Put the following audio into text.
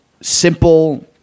simple